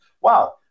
wow